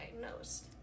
diagnosed